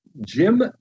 Jim